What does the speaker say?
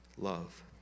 love